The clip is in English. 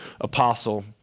apostle